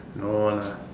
no lah